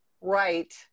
right